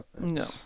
No